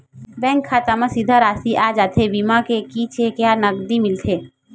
Bank खाता मा सीधा राशि आ जाथे बीमा के कि चेक या नकदी मिलथे?